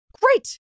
Great